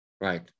Right